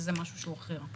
וזה משהו שהוא אחר.